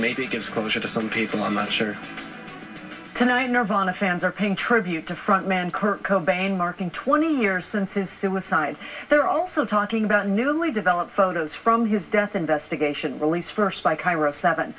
maybe gets closer to some people are much better tonight nirvana fans are paying tribute to front man kurt cobain marking twenty years since his suicide they're also talking about a newly developed photos from his death investigation released first by cairo seven